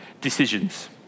decisions